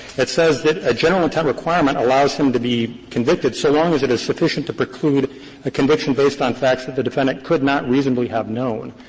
it says that a general-intent requirement allows him to be convicted so long as it is sufficient to preclude a conviction based on facts that the defendant could not reasonably have known.